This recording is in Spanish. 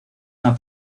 una